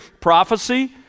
Prophecy